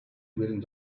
waiting